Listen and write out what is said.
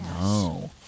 No